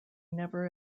never